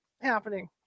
happening